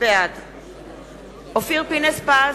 בעד אופיר פינס-פז,